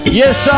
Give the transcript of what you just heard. yes